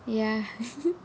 ya